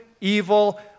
evil